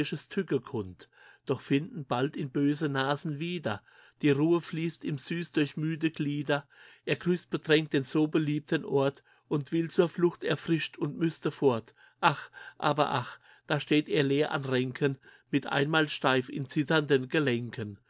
tücke kund doch finden bald ihn böse nasen wieder die ruhe fließt ihm süß durch müde glieder es grüßt bedrengt den so beliebten ort und will zur flucht erfrischt und müsste fort ach aber ach da steht er leer an ränken mit einmal steif in zitternden gelenken